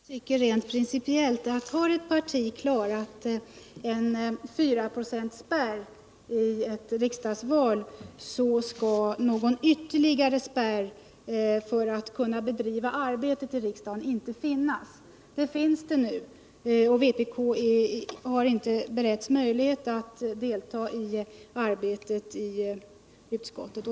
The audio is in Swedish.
Herr talman! Jag tycker rent principiellt att har ett parti klarat fyraprocentsspärren i ett riksdagsval så skall någon ytterligare spärr för att kunna bedriva arbetet i riksdagen inte finnas. Det finns det nu, och vpk har inte beretts möjlighet att delta i utskottets arbete.